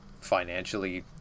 financially